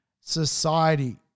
society